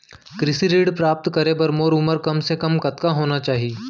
कृषि ऋण प्राप्त करे बर मोर उमर कम से कम कतका होना चाहि?